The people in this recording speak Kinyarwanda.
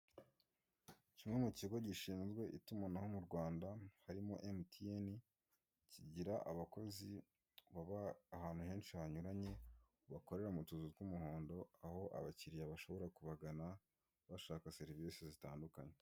Kimwe mukigo gishinzwe itumanaho mu Rwanda harimo MTN kigira abakozi baba ahantu henshi hanyuranye bakorera mutuzu tw'umuhondo aho abakiriya bashobora kubagana bashaka serivisi zitandukanye.